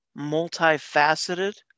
multifaceted